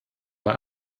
bei